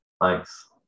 thanks